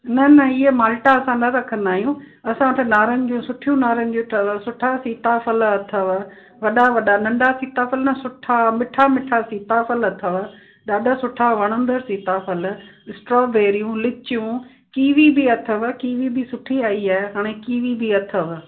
न न इहे माल्टा असां न रखंदा आहियूं असां त नारंगियूं सुठियूं नारंगियूं अथव सुठा सीताफ़ल अथव वॾा वॾा नंढा सीताफ़ल न सुठा मिट्ठा मिट्ठा सीताफ़ल अथव ॾाढा सुठा वणंदण सीताफ़ल स्ट्रॉबेरियूं लीचियूं कीवी बि अथव कीवी बि सुठी आई आहे हाणे कीवी बि अथव